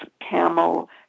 camel